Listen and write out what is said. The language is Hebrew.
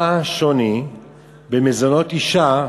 מה השוני בין מזונות אישה,